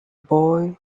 boy